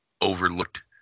overlooked